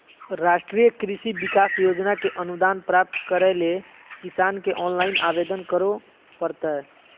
राष्ट्रीय कृषि विकास योजना के अनुदान प्राप्त करैले किसान के ऑनलाइन आवेदन करो परतय